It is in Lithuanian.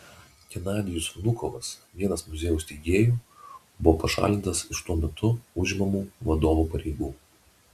genadijus vnukovas vienas muziejaus steigėjų buvo pašalintas iš tuo metu užimamų vadovo pareigų